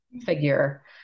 figure